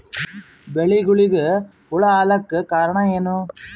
ಬೆಳಿಗೊಳಿಗ ಹುಳ ಆಲಕ್ಕ ಕಾರಣಯೇನು?